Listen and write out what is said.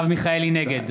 נגד